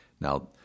Now